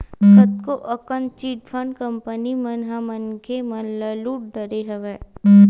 कतको अकन chit fund company मन ह मनखे मन ल लुट डरे हवय